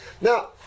Now